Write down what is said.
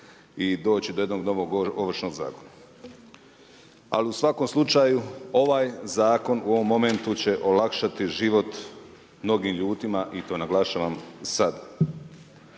i doći do jednog novog Ovršnog zakona. Ali u svakom slučaju ovaj zakon u ovom momentu će olakšati život mnogim ljudima i to naglašavam sad.